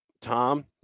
Tom